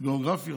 גיאוגרפיות?